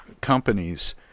companies